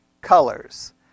colors